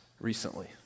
recently